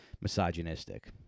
misogynistic